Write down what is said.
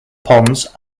ponds